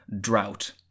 drought